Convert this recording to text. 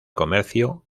comercio